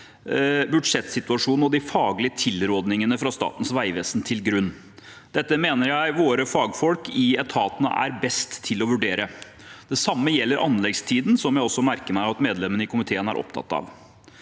budsjettsituasjonen og de faglige tilrådingene fra Statens vegvesen til grunn. Dette mener jeg våre fagfolk i etaten er best til å vurdere. Det samme gjelder for anleggstiden, som jeg også merker meg at medlemmer av komiteen er opptatt av.